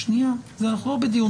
לא על סעיף החוק.